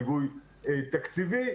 ליווי תקציבי.